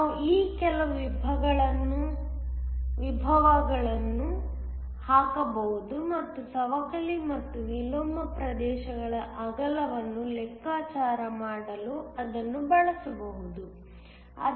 ನಾವು ಈ ಕೆಲವು ವಿಭವಗಳನ್ನು ಹಾಕಬಹುದು ಮತ್ತು ಸವಕಳಿ ಮತ್ತು ವಿಲೋಮ ಪ್ರದೇಶಗಳ ಅಗಲವನ್ನು ಲೆಕ್ಕಾಚಾರ ಮಾಡಲು ಅದನ್ನು ಬಳಸಬಹುದು